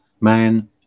man